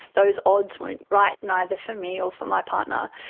those odds weren't right, neither for me or for my partner.